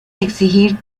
exigir